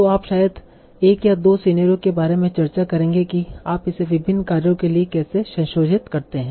तो आप शायद 1 या 2 सिनेरियो के बारे में चर्चा करेंगे कि आप इसे विभिन्न कार्यों के लिए कैसे संशोधित करते हैं